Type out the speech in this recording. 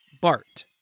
Bart